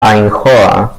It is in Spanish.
ainhoa